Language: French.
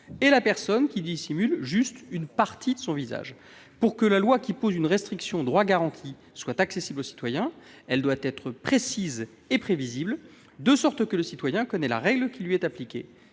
et la personne qui dissimule juste « une partie de son visage ». Pour qu'une loi qui pose une restriction aux droits garantis soit compréhensible par le citoyen, elle doit être précise et prévisible, de sorte que ce dernier connaisse la règle qui lui est appliquée.